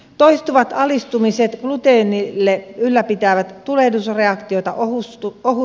toistuvat altistumiset gluteenille ylläpitävät tulehdusreaktiota ohutsuolessa